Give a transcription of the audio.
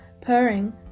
purring